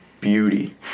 beauty